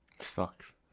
sucks